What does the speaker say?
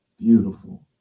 beautiful